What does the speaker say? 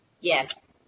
Yes